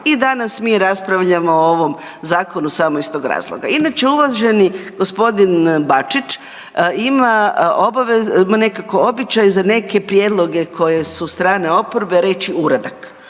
i danas mi raspravljamo o ovom zakonu samo iz tog razloga. Inače uvaženi gospodin Bačić ima nekako običaj za neke prijedloge koje su strane oporbe reći uradak.